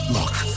Look